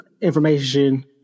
information